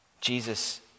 Jesus